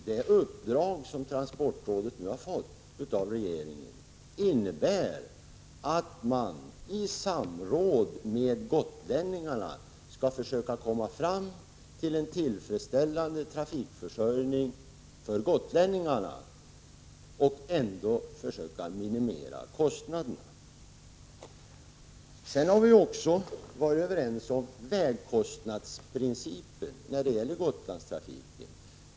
Det uppdrag som transportrådet nu har fått av regeringen innebär att man i samråd med gotlänningarna skall försöka komma fram till en tillfredsställande trafikförsörjning för gotlänningarna och ändå minimera kostnaderna. Vi har också varit överens om vägkostnadsprincipen när det gäller Gotlandstrafiken.